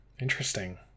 Interesting